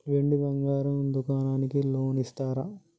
వెండి బంగారం దుకాణానికి లోన్ ఇస్తారా?